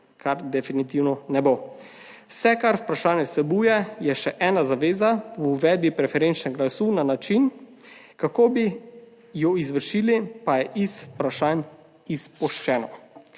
kar definitivno ne bo. Vse kar vprašanje vsebuje, je še ena zaveza v uvedbi preferenčnega glasu na način, kako bi jo izvršili, pa je iz vprašanj izpuščeno.